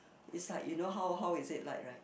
it's like you know how how is it like right